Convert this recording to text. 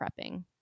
prepping